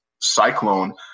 cyclone